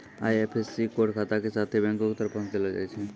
IFSC code खाता के साथे बैंको के तरफो से देलो जाय छै